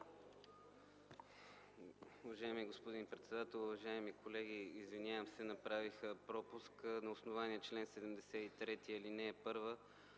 Уважаеми господин председател, уважаеми колеги! Извинявам се, направих пропуск. На основание чл. 73, ал. 1